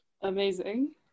Amazing